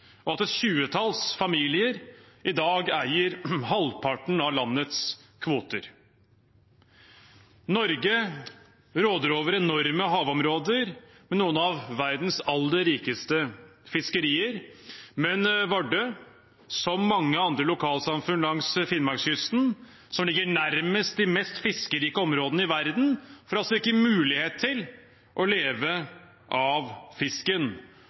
og et tjuetall familier i dag eier halvparten av landets kvoter. Norge råder over enorme havområder med noen av verdens aller rikeste fiskerier, men Vardø, som mange andre lokalsamfunn langs Finnmarkskysten som ligger nærmest de mest fiskerike områdene i verden, får altså ikke mulighet til å leve av fisken.